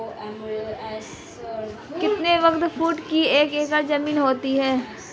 कितने वर्ग फुट की एक एकड़ ज़मीन होती है?